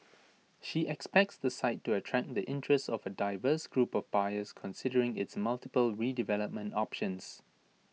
she expects the site to attract the interest of A diverse group of buyers considering its multiple redevelopment options